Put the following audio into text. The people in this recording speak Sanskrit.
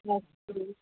नास्ति